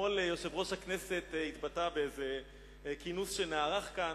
אתמול יושב-ראש הכנסת התבטא בכינוס שנערך כאן,